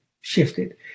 shifted